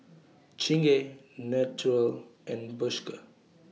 Chingay Naturel and Bershka